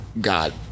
god